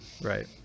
Right